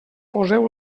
poseu